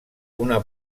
una